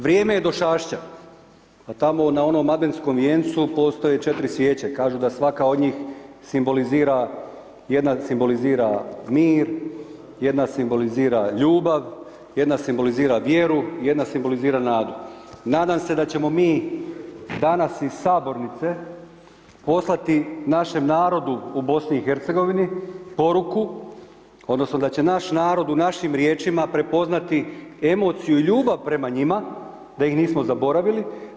Vrijeme je došašća, a tamo na onom adventskom vijencu postoje 4 svijeće, kažu da svaka od njih simbolizira, jedna simbolizira mir, jedna simbolizira ljubav, jedna simbolizira vjeru i jedna simbolizira nadu, nadam se da ćemo mi danas iz Sabornice poslati našem narodu u Bosni i Hercegovini poruku, odnosno da će naš narod u našim riječima prepoznati emociju ljubav prema njima, da ih nismo zaboravili.